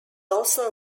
also